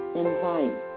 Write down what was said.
invite